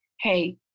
hey